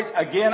Again